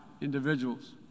individuals